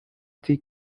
tea